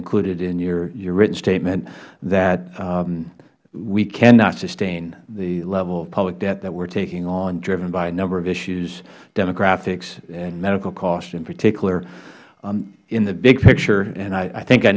included in your written statement that we cannot sustain the level of public debt that we are taking on driven by a number of issues demographics and medical costs in particular in the big picture and i think i